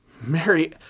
Mary